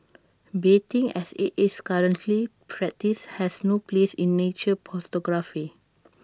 baiting as IT is currently practised has no place in nature photography